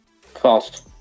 false